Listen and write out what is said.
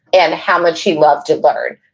and how much he loved to learn.